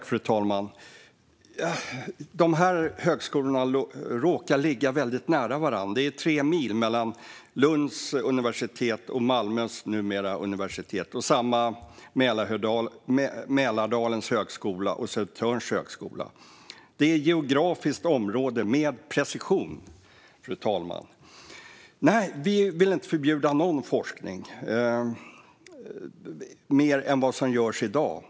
Fru talman! Dessa högskolor råkar ligga väldigt nära varandra. Det är tre mil mellan Lunds universitet och Malmös - numera - universitet, och samma sak med Mälardalens högskola och Södertörns högskola. Det är geografiska områden med precision, fru talman. Nej, vi vill inte förbjuda någon forskning, mer än vad som görs i dag.